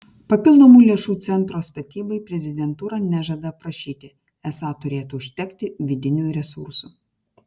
papildomų lėšų centro statybai prezidentūra nežada prašyti esą turėtų užtekti vidinių resursų